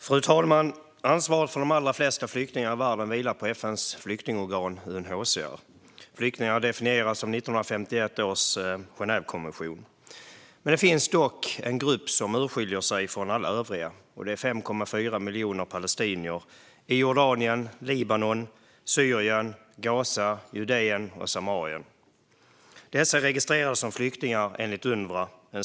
Fru talman! Ansvaret för de allra flesta flyktingar i världen vilar på FN:s flyktingorgan UNHCR. Flyktingarna definieras enligt 1951 års Genèvekonvention. Det finns dock en grupp som skiljer sig från alla övriga. Det är 5,4 miljoner palestinier i Jordanien, Libanon, Syrien, Gaza, Judeen och Samarien. Dessa är registrerade som flyktingar enligt Unrwa.